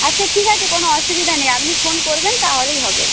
আচ্ছা ঠিক আছে কোনো অসুবিধা নেই আপনি ফোন করবেন তাহলেই হবে